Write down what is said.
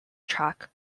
track